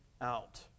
out